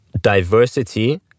diversity